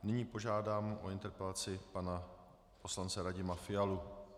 Nyní požádám o interpelaci pana poslance Radima Fialu.